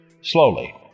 slowly